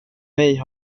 mig